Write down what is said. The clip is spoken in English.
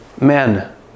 Men